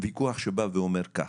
ויכוח שבא ואומר כך,